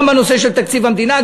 גם בנושא של תקציב המדינה,